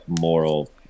moral